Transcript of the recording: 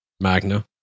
Magna